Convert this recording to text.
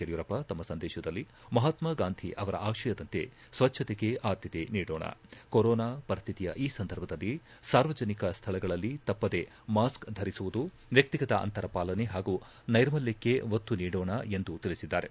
ಯಡಿಯೂರಪ್ಪ ತಮ್ಮ ಸಂದೇತದಲ್ಲಿ ಮಹಾತ್ಮ ಗಾಂಧಿ ಅವರ ಆಶಯದಂತೆ ಸ್ವಚ್ಛತೆಗೆ ಆದ್ಭತೆ ನೀಡೋಣ ಕೊರೋನಾ ಪರಿಸ್ಥಿತಿಯ ಈ ಸಂದರ್ಭದಲ್ಲಿ ಸಾರ್ವಜನಿಕ ಸ್ಥಳಗಳಲ್ಲಿ ತಪ್ಪದೇ ಮಾಸ್ಕೆ ಧರಿಸುವುದು ವ್ಯಕ್ತಿಗತ ಅಂತರ ಪಾಲನೆ ಹಾಗೂ ನೈರ್ಮಲ್ಯಕ್ಕೆ ಒತ್ತು ನೀಡೋಣ ಎಂದು ತಿಳಿಸಿದ್ದಾರೆ